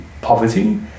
Poverty